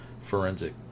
forensic